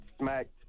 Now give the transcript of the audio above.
smacked